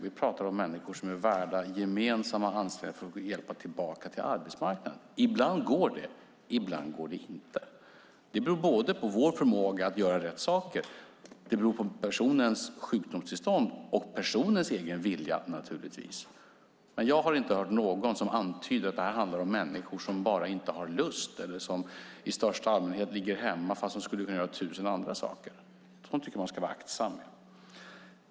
Vi pratar om människor som är värda gemensamma ansträngningar för att hjälpas tillbaka till arbetsmarknaden. Ibland går det. Ibland går det inte. Det beror på vår förmåga att göra rätt saker, personens sjukdomstillstånd och naturligtvis personens egen vilja. Jag har inte hört någon som antyder att det handlar om människor som bara inte har lust eller som i största allmänhet ligger hemma fast de skulle kunna göra tusen andra saker. Jag tycker att man ska vara aktsam med sådant.